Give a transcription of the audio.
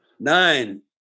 Nine